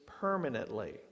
permanently